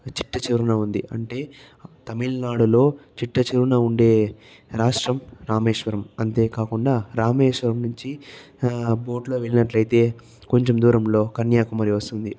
చిట్ట చివరన ఉంది అంటే తమిళనాడులో చిట్ట చివరన ఉండే రాష్ట్రం రామేశ్వరం అంతేకాకుండా రామేశ్వరం నుంచి బోట్లో వెళ్ళినట్లయితే అయితే కొంచెం దూరంలో కన్యాకుమారి వస్తుంది